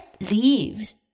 leaves